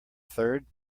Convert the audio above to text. third